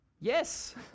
Yes